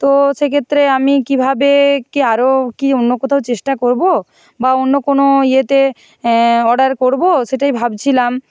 তো সেক্ষেত্রে আমি কীভাবে কি আরও কি অন্য কোথাও চেষ্টা করবো বা অন্য কোনও ইয়েতে অর্ডার করবো সেটাই ভাবছিলাম